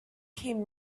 came